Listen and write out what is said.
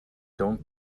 don’t